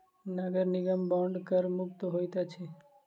नगर निगम बांड कर मुक्त होइत अछि